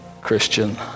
christian